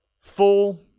full